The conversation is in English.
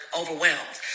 overwhelmed